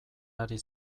ari